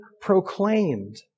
proclaimed